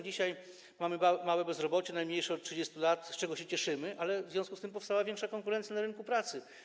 Dzisiaj mamy małe bezrobocie, najmniejsze od 30 lat, z czego się cieszymy, ale w związku z tym powstała większa konkurencja na rynku pracy.